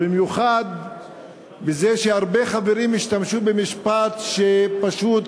ובמיוחד בזה שהרבה חברים השתמשו במשפט שפשוט